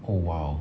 oh !wow!